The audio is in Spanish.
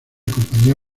compañía